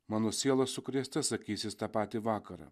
mano siela sukrėsta sakys jis tą patį vakarą